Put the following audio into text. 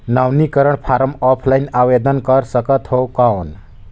नवीनीकरण form offline आवेदन कर सकत हो कौन?